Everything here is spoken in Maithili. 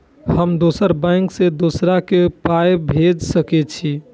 हम दोसर बैंक से दोसरा के पाय भेज सके छी?